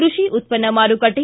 ಕೃಷಿ ಉತ್ಪನ್ನ ಮಾರುಕಟ್ಲೆ